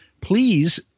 Please